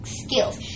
skills